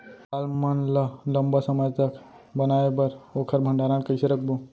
दाल मन ल लम्बा समय तक बनाये बर ओखर भण्डारण कइसे रखबो?